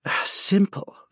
simple